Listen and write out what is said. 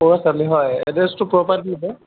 বৰুৱা চাৰিআলি হয় এড্ৰেছটো ক'ব পাৰিব